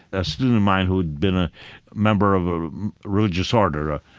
a student of mine who'd been a member of a religious order,